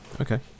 Okay